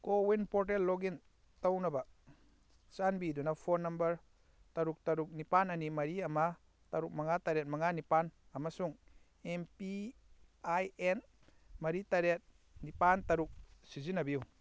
CoWIN portal login ꯇꯧꯅꯕ ꯆꯥꯟꯕꯤꯗꯨꯅ phone number ꯇꯔꯨꯛ ꯇꯔꯨꯛ ꯅꯤꯄꯥꯜ ꯑꯅꯤ ꯃꯔꯤ ꯑꯃ ꯇꯔꯨꯛ ꯃꯉꯥ ꯇꯔꯦꯠ ꯃꯉꯥ ꯅꯤꯄꯥꯜ ꯑꯃꯁꯨꯡ ꯑꯦꯝ ꯄꯤ ꯑꯥꯏ ꯑꯦꯟ ꯃꯔꯤ ꯇꯔꯦꯠ ꯅꯤꯄꯥꯜ ꯇꯔꯨꯛ ꯁꯤꯖꯤꯟꯅꯕꯤꯌꯨ